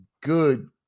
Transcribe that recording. good